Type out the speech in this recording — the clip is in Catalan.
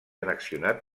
annexionat